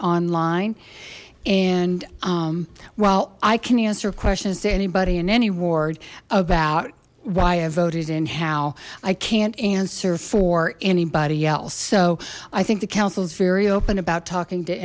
online and well i can answer questions to anybody in any ward about why i voted in how i can't answer for anybody else so i think the council is very open about talking to